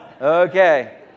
Okay